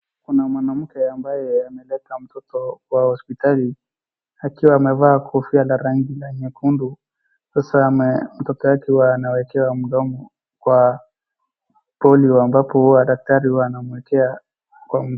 Kuna mwanamke ambaye ameleta mtoto kwa hospitali akiwa amevaa kofia la rangi la nyekundu. Sasa mtoto yake huwa anawekewa mdomo kwa polio ambapo huwa daktari huwa anamwekea kwa mdomo.